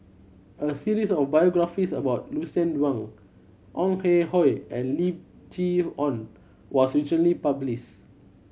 a series of biographies about Lucien Wang Ong Ah Hoi and Lim Chee Onn was recently publish